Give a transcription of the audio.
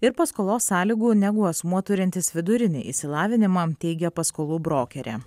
ir paskolos sąlygų negu asmuo turintis vidurinį išsilavinimą teigia paskolų brokerė